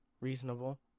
reasonable